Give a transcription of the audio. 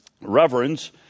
reverence